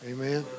Amen